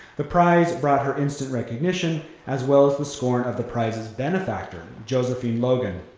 the prize brought her instant recognition as well as the scorn of the prize's benefactor, josephine logan.